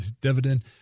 dividend